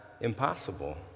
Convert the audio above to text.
impossible